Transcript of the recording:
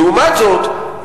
לעומת זאת,